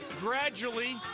Gradually